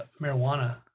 marijuana